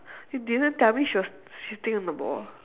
you didn't tell me she was sitting on the ball